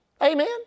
Amen